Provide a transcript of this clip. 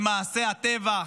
במעשי הטבח,